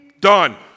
done